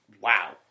Wow